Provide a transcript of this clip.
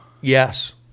yes